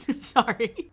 Sorry